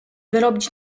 wyrobić